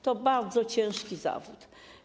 To bardzo ciężki zawód.